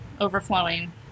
overflowing